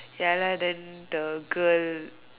ya lah then the girl